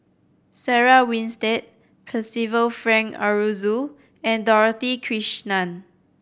Sarah Winstedt Percival Frank Aroozoo and Dorothy Krishnan